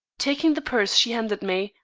taking the purse she handed me,